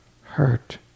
hurt